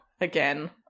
again